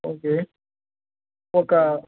okay ఒక